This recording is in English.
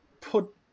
put